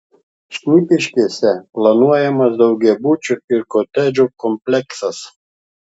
šnipiškėse planuojamas daugiabučio ir kotedžų kompleksas